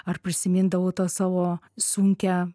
ar prisimindavau tą savo sunkią